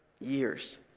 years